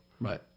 Right